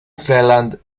zealand